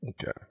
Okay